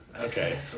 Okay